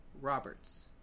roberts